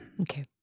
Okay